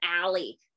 alley